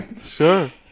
Sure